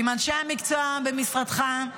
עם אנשי המקצוע במשרדך,